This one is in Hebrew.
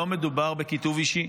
לא מדובר בכיתוב אישי.